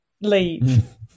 leave